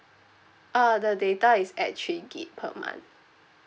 uh the data is at three gigabyte per month